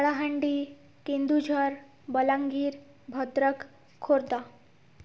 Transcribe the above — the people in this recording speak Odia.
କଳାହାଣ୍ଡି କେନ୍ଦୁଝର ବଲାଙ୍ଗୀର ଭଦ୍ରକ ଖୋର୍ଦ୍ଧା